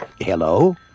Hello